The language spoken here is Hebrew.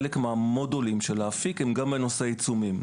חלק מן המודולים של אפיק הם גם בנושא עיצומים.